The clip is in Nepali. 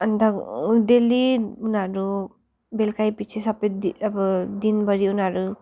अन्त डेल्ली उनीहरू बेलुकैपिछे सबै अब दिनभरि उनीहरू